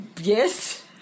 yes